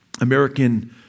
American